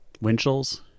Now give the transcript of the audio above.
Winchell's